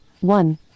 one